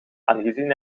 aangezien